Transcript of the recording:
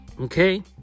Okay